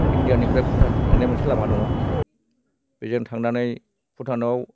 इण्डियानिफ्राय भुटानसिम थांनाय मोनसे लामा दङ बेजों थांनानै भुटानाव